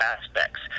aspects